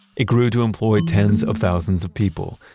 it grew to employ tens of thousands of people,